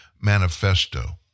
manifesto